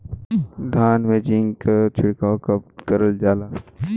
धान में जिंक क छिड़काव कब कइल जाला?